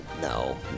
No